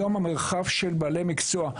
המרחב של בעלי המקצוע היום,